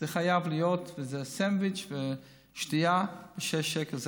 זה חייב להיות סנדוויץ' ושתייה בשישה שקלים.